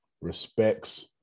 respects